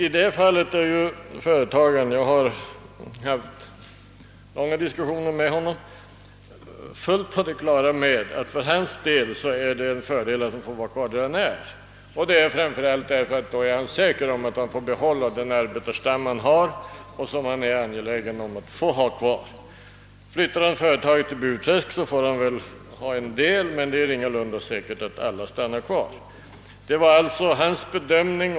I detta fall är företagaren — jag har haft diskussioner med honom — fullt på det klara med att det för hans vidkommande är en fördel att få vara kvar på orten, framför allt därför att han då kan vara säker på att få behålla den arbetarstam han har och som han är angelägen att ha kvar. Flyttar han företaget till Burträsk får han väl behålla en del av de anställda, men det är ingalunda säkert att alla stannar i företaget. Detta var alltså företagarens bedömning.